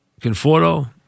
Conforto